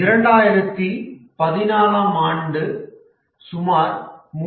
2014 ஆம் ஆண்டில் சுமார் 3